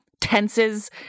tenses